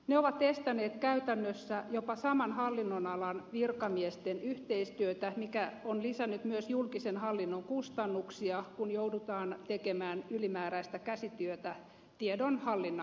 ne ovat estäneet käytännössä jopa saman hallinnonalan virkamiesten yhteistyötä mikä on lisännyt myös julkisen hallinnon kustannuksia kun joudutaan tekemään ylimääräistä käsityötä tiedonhallinnan kanssa